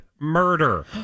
murder